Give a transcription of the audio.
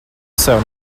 sev